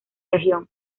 región